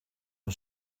een